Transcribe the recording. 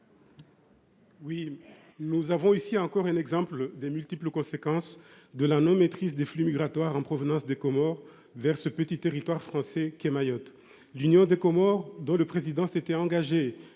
un nouvel exemple des multiples conséquences de l’absence de maîtrise des flux migratoires en provenance des Comores vers ce petit territoire français qu’est Mayotte. L’Union des Comores, dont le président s’était engagé,